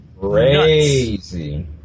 crazy